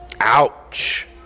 Ouch